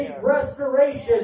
restoration